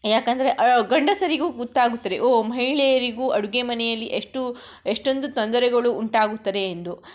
ಯಾಕಂದರೆ ಗಂಡಸರಿಗೂ ಗೊತ್ತಾಗುತ್ತದೆ ಓ ಮಹಿಳೆಯರಿಗೂ ಅಡುಗೆ ಮನೆಯಲ್ಲಿ ಎಷ್ಟು ಎಷ್ಟೊಂದು ತೊಂದರೆಗಳು ಉಂಟಾಗುತ್ತದೆ ಎಂದು